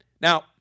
Now